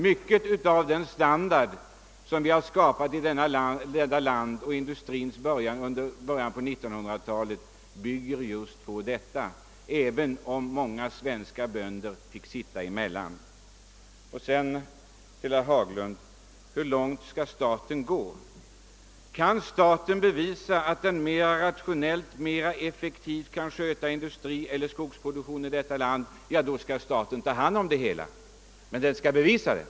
Mycket av den standard som vi skapat i detta land och som grundlades i början på 1900-talet bygger just på detta. Det måste vi erkänna, även om många svenska bönder fick sitta emellan. Till herr Haglund ställer jag frågan: Hur långt skall staten gå? Kan det bevisas att staten mera rationellt, mera effektivt kan sköta skogsproduktion eller industri över huvud taget i detta land, så skall staten ta hand om det hela. Men det skall bevisas.